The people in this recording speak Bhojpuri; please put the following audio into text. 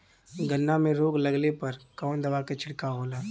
गन्ना में रोग लगले पर कवन दवा के छिड़काव होला?